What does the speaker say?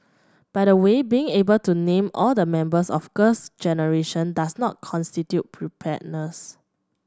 by the way being able to name all the members of Girls Generation does not constitute preparedness